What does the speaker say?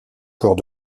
corps